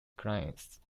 clients